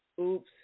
oops